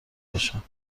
باشم